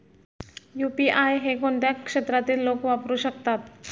UPI हे कोणत्या क्षेत्रातील लोक वापरू शकतात?